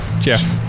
Jeff